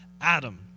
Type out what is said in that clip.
Adam